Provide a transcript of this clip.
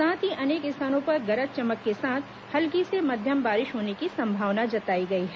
साथ ही अनेक स्थानों पर गरज चमक के साथ हल्की से मध्यम बारिश होने की संभावना जताई गई है